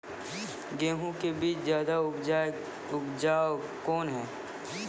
गेहूँ के बीज ज्यादा उपजाऊ कौन है?